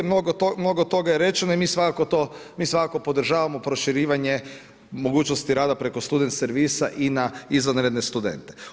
Mnogo toga je rečeno i mi svakako podržavamo proširivanje mogućnosti rada preko student servisa i na izvanredne studente.